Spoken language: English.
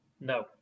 No